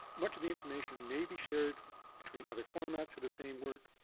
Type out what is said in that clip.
much of the information may be shared between other formats for the same work,